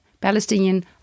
Palestinian